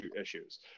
issues